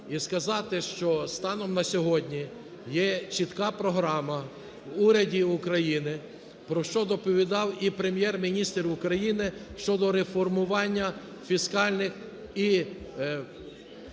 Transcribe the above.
і сказати, що станом на сьогодні є чітка програма в уряді України, про що доповідав і Прем'єр-міністр України, щодо реформування фіскальних і